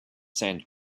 sand